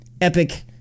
Epic